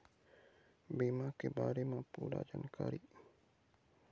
बीमा के बारे म पूरा जानकारी?